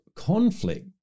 Conflict